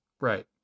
Right